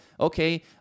Okay